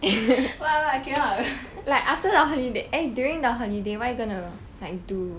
!wah! !wah! I cannot